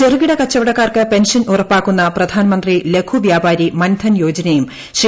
ചെറുകിട കച്ചവടക്കാർക്ക് പെൻഷൻ ഉറപ്പാക്കുന്ന പ്രധാൻമന്ത്രി ലഘുവ്യാപാരി മൻ ധൻ യോജനയും ശ്രീ